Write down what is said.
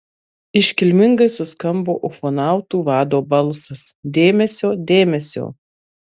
iškilmingai suskambo ufonautų vado balsas dėmesio dėmesio